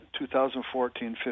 2014